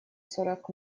сорок